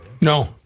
No